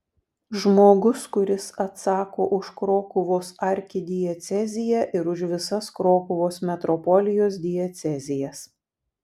žmogus kuris atsako už krokuvos arkidieceziją ir už visas krokuvos metropolijos diecezijas